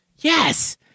Yes